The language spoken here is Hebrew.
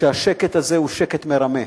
שהשקט הזה הוא שקט מרמה.